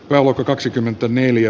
rauma kaksikymmentäneljä